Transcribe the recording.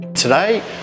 Today